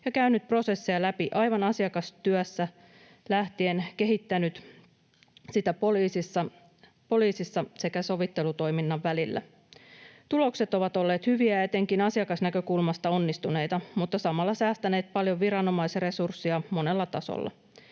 ja käynyt prosesseja läpi, aivan asiakastyöstä lähtien kehittänyt niitä poliisin sekä sovittelutoiminnan välillä. Tulokset ovat olleet hyviä ja etenkin asiakasnäkökulmasta onnistuneita mutta samalla säästäneet paljon viranomaisresurssia monella tasolla.